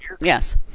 yes